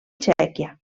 txèquia